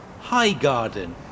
Highgarden